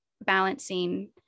balancing